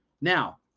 Now